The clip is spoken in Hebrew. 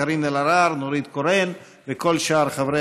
קארין אלהרר ונורית קורן וכל שאר חברי